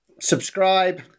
subscribe